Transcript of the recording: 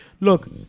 look